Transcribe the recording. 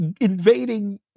invading